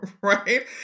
right